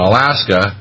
Alaska